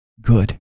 good